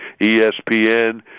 ESPN